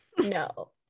no